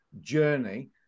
journey